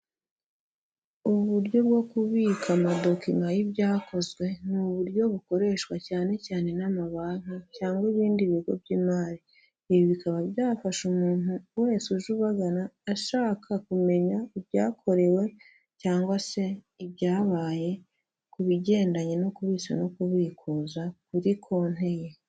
Ubu buryo bwo kubika amadokima y'ibyakozwe, ni uburyo bukoreshwa cyane cyane n'amabanki cyangwa ibindi bigo by'imari, ibi bikaba byafasha umuntu wese uje ubagana ashaka kumenya ibyakorewe cyangwa se ibyabaye ku bigendanye no kubitsa no kubikuza kuri konti ye.